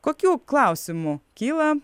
kokių klausimų kyla